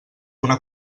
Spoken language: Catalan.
una